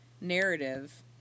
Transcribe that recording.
narrative